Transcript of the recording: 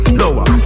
lower